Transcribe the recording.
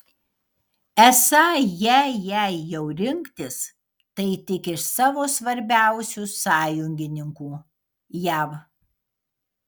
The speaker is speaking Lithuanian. esą jei jei jau rinktis tai tik iš savo svarbiausių sąjungininkų jav